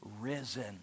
risen